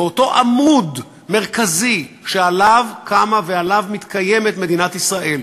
באותו עמוד מרכזי שעליו קמה ועליו מתקיימת מדינת ישראל,